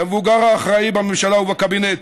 כמבוגר האחראי בממשלה ובקבינט,